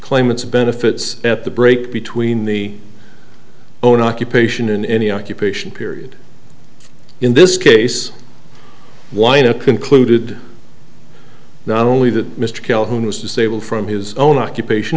of benefits at the break between the own occupation and any occupation period in this case weiner concluded not only that mr calhoun was disabled from his own occupation